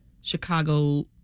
Chicago